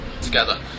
together